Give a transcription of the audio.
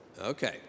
Okay